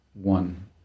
one